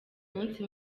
munsi